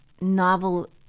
novel